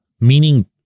Meaning